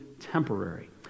temporary